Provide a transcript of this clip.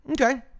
Okay